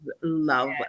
love